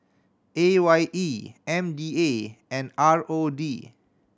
A Y E M D A and R O D